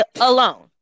alone